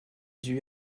due